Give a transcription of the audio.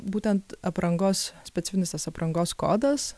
būtent aprangos specifinis tas aprangos kodas